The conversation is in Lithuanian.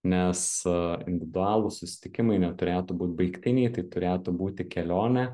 nes individualūs susitikimai neturėtų būt baigtiniai tai turėtų būti kelionė